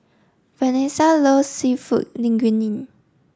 Venessa loves Seafood Linguine